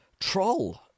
Troll